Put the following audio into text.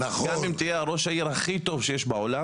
גם אם תהיה ראש העיר הכי טוב בעולם,